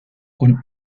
con